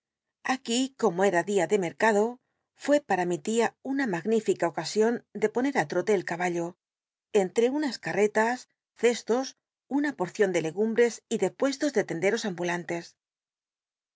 aqui como ct'a dia de mercado fué para mi tia una magnifica ocasiop de poner á trote el caballo entre unas carretas cestos una porcion de legumbres y de puestos de tenderos ambulantes